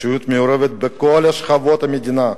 אישיות מעורבת בכל שכבות המדינה,